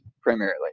primarily